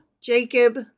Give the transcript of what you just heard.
Jacob